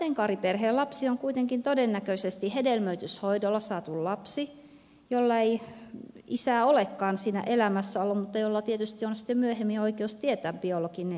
sateenkaariperheen lapsi on kuitenkin todennäköisesti hedelmöityshoidolla saatu lapsi jolla ei isää olekaan siinä elämässä ollut mutta jolla tietysti on sitten myöhemmin oikeus tietää biologinen isänsä